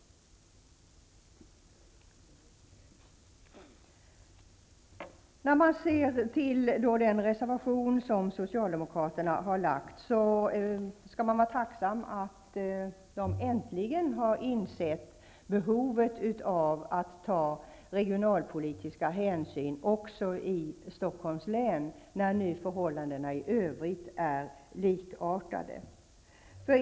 När man ser till den reservation som socialdemokraterna har lagt fram, skall man vara tacksam att de äntligen har insett behovet av att ta regionalpolitiska hänsyn också i Stockholms län när förhållanden i övrigt är likartade.